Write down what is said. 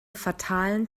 fatalen